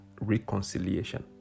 reconciliation